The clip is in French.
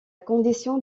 condition